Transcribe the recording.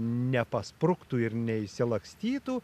nepaspruktų ir neišsilakstytų